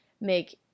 make